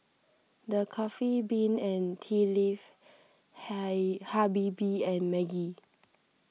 the Coffee Bean and Tea Leaf Habibie and Maggi